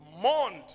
Mourned